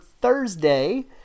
Thursday